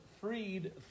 freed